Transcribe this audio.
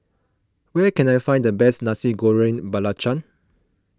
where can I find the best Nasi Goreng Belacan